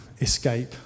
escape